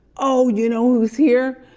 oh, you know who's here,